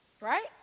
Right